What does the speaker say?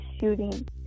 shooting